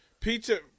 Pizza